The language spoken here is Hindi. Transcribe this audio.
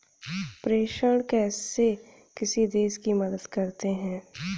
प्रेषण कैसे किसी देश की मदद करते हैं?